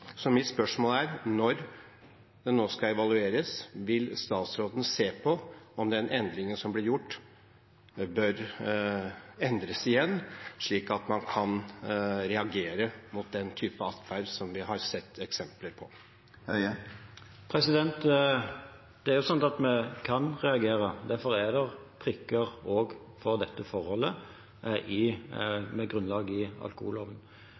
Så mitt spørsmål er: Når det nå skal evalueres, vil statsråden se på om den endringen som ble gjort, bør endres igjen, slik at man kan reagere mot den type atferd som vi har sett eksempler på? Det er sånn at vi kan reagere. Derfor er det prikker også for dette forholdet med grunnlag i alkoholloven.